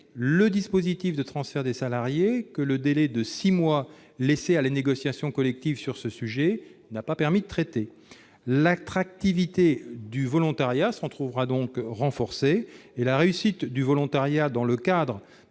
le dispositif de transfert des salariés, sachant que le délai de six mois laissé à la négociation collective n'a pas permis de traiter le sujet. L'attractivité du volontariat s'en trouvera renforcée. La réussite du volontariat dans le cadre